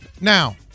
Now